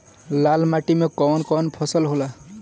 लाल माटी मे कवन कवन फसल होला?